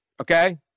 Okay